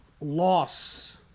loss